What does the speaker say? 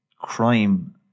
crime